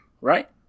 right